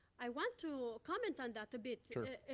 i want to comment on that a bit